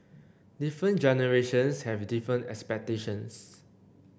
different generations have different expectations